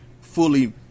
fully